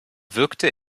wirkte